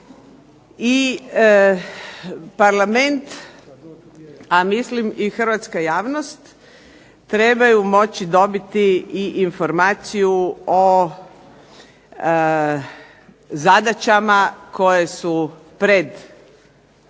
I Parlament, a mislim i hrvatska javnost, trebaju moći dobiti i informaciju o zadaćama koje su pred Hrvatskom.